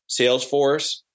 Salesforce